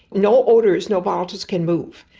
no odours, no volatiles can move.